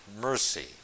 mercy